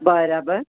બરાબર